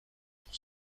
pour